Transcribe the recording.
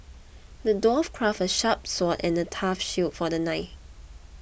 the dwarf crafted a sharp sword and a tough shield for the knight